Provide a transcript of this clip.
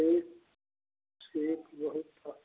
ठीक ठीक बहुत